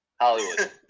Hollywood